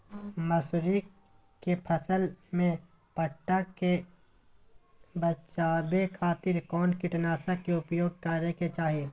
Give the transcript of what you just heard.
मसूरी के फसल में पट्टा से बचावे खातिर कौन कीटनाशक के उपयोग करे के चाही?